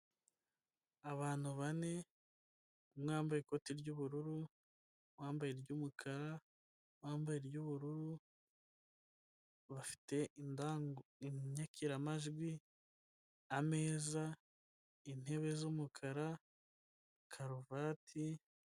Abantu bane bambaye ikoti ry'ubururu, uwambaye ry'umukara, uwambaye ry'ubururu bafite inyakiramajwi, ameza, intebe z'umukara, karuvati.